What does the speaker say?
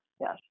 Yes